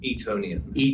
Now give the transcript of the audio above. Etonian